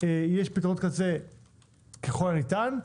יש פתרונות קצה ככל הניתן,